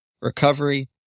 recovery